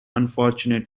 unfortunate